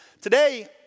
Today